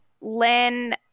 Lynn